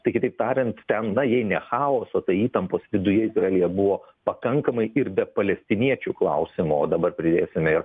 tai kitaip tariant ten na jei ne chaoso tai įtampos viduje izraelyje buvo pakankamai ir be palestiniečių klausimo o dabar pridėsime ir